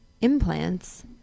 implants